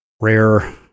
rare